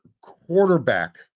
quarterback